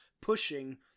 pushing